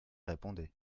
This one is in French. répondez